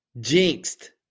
jinxed